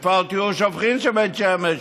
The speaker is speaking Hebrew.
מפעל טיהור שופכין של בית שמש,